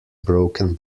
broken